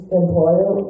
employer